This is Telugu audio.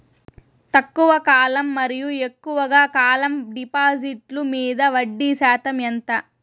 తక్కువ కాలం మరియు ఎక్కువగా కాలం డిపాజిట్లు మీద వడ్డీ శాతం ఎంత?